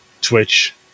Twitch